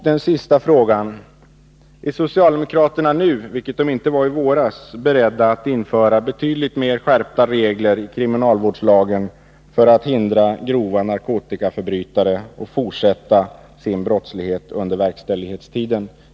Den sista frågan: Är socialdemokraterna nu, vilket ni inte var i våras, beredda att införa betydligt mer skärpta regler i kriminalvårdslagen för att hindra grova narkotikaförbrytare att fortsätta med sin brottslighet under verkställighetstiden?